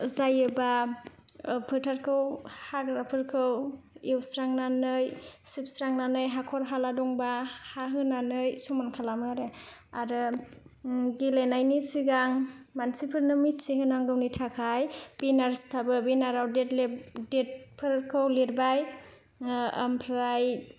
जायोबा फोथारखौ हाग्राफोरखौ एवस्रांनानै सिबस्रांनानै हाखर हाला दंबा हा होनानै समान खालामो आरो आरो गेलेनायनि सिगां मानसिफोरनो मिथिहोनांगौनि थाखाय बेनार सिथाबो बेनाराव देटफोरखौ लिरबाय ओमफ्राय